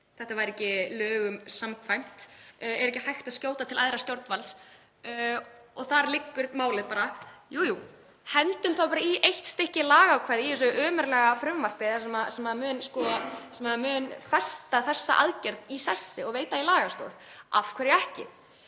þetta væri ekki lögum samkvæmt, er ekki hægt að skjóta til æðra stjórnvalds og þar liggur málið bara. — Jú, jú, hendum þá bara í eitt stykki lagaákvæði í þessu ömurlega frumvarpi sem mun festa þessa aðgerð í sessi og veita henni lagastoð. Af hverju ekki?